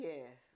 Yes